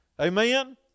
Amen